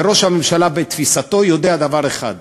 וראש הממשלה, בתפיסתו, יודע דבר אחד: